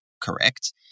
correct